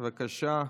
בבקשה.